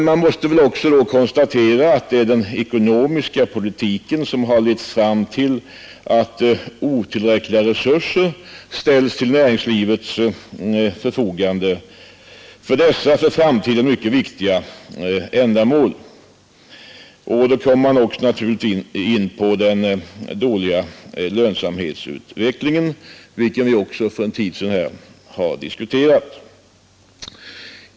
Man måste då konstatera att det är den ekonomiska politiken som har lett till att otillräckliga resurser ställs till näringslivets förfogande för dessa, för framtiden mycket viktiga ändamål. Man kommer då också in på den dåliga lönsamhetsutvecklingen, vilken vi också diskuterade här för en tid sedan.